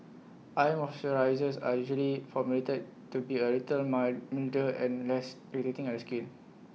eye moisturisers are usually formulated to be A little milder and less irritating A skin